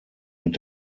mit